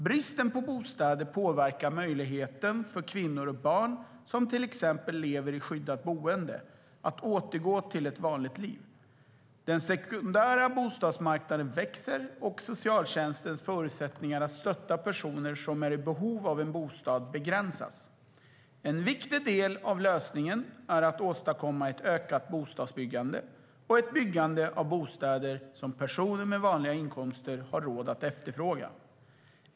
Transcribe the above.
Bristen på bostäder påverkar möjligheten för kvinnor och barn som till exempel lever i skyddat boende att återgå till ett vanligt liv. Den sekundära bostadsmarknaden växer, och socialtjänstens förutsättningar att stötta personer som är i behov av en bostad begränsas. En viktig del av lösningen är att åstadkomma ett ökat bostadsbyggande och ett byggande av bostäder som personer med vanliga inkomster har råd att efterfråga.